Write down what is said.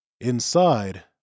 Inside